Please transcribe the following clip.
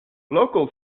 local